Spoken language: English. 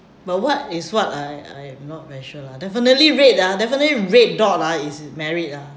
but what is what I I am not very sure lah definitely red ah definitely red dot ah is married lah